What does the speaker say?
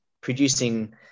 producing